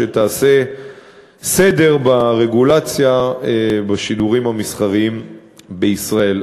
שתעשה סדר ברגולציה בשידורים המסחריים בישראל.